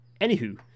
Anywho